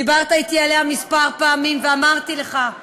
דיברת אתי עליה כמה פעמים, ואמרתי לך: